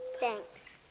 thanks.